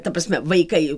ta prasme vaikai